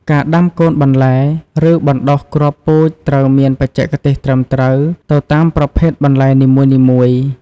ការដាំកូនបន្លែ ឬបណ្តុះគ្រាប់ពូជត្រូវមានបច្ចេកទេសត្រឹមត្រូវទៅតាមប្រភេទបន្លែនីមួយៗ។